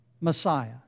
Messiah